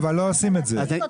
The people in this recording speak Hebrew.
אבל לא עושים את זה.